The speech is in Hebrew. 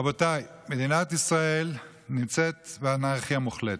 רבותיי, מדינת ישראל נמצאת באנרכיה מוחלטת,